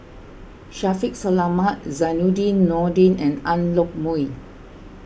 Shaffiq Selamat Zainudin Nordin and Ang Yoke Mooi